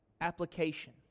application